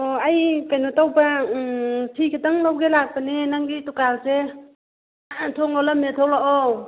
ꯍꯣ ꯑꯩ ꯀꯩꯅꯣ ꯇꯧꯕ ꯎꯝ ꯐꯤ ꯈꯤꯇꯪ ꯂꯧꯒꯦ ꯂꯥꯛꯄꯅꯦ ꯅꯪꯒꯤ ꯗꯨꯀꯥꯟꯁꯦ ꯊꯣꯡ ꯂꯣꯜꯂꯝꯂꯦ ꯊꯣꯛꯂꯛꯑꯣ